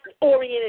oriented